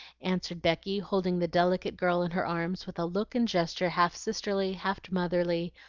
answered becky, holding the delicate girl in her arms with a look and gesture half sisterly, half motherly,